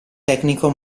tecnico